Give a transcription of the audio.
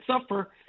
suffer